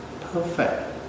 perfect